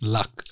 Luck